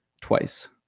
twice